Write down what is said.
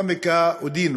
(אומר בערבית ומתרגם:)